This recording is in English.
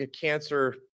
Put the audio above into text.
cancer